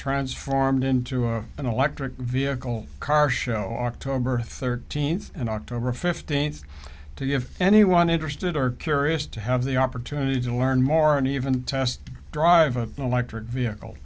transformed into an electric vehicle car show october thirteenth and october fifteenth do you have anyone interested or curious to have the opportunity to learn more and even test drive a electric vehicle